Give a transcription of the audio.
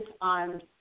on